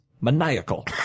maniacal